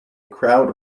crowd